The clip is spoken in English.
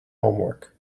homework